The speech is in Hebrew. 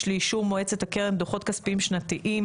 לאישור מועצת הקרן דו"חות כספיים שנתיים.